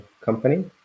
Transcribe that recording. company